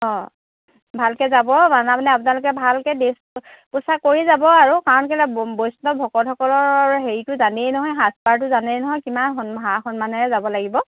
অঁ ভালকৈ যাব আপোনালোকে ভালকৈ ড্ৰেছ পোছাক কৰি যাব আৰু কাৰণ কেলৈ বৈষ্ণৱ ভকতসকলৰ হেৰিটো জানেই নহয় সাজপাৰটো জানেই নহয় কিমান সা সন্মানেৰে যাব লাগিব